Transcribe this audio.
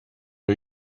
nhw